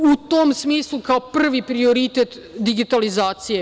U tom smislu, kao prvi prioritet je digitalizacija.